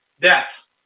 death